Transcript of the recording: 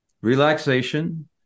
Relaxation